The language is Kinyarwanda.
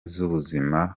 z’ubuzima